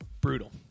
Brutal